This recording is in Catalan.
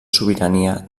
sobirania